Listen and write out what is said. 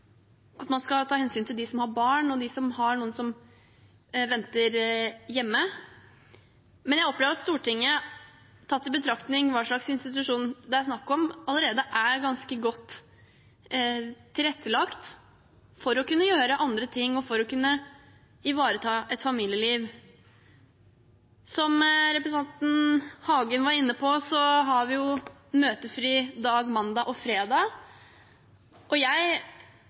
at man skal ta hensyn til dem som har barn, og dem som har noen som venter hjemme. Men jeg opplever at Stortinget, tatt i betraktning hva slags institusjon det er snakk om, allerede er ganske godt tilrettelagt for å kunne gjøre andre ting og for å kunne ivareta et familieliv. Som representanten Hagen var inne på, har vi møtefrie mandager og fredager. Jeg